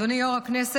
אדוני יו"ר הכנסת,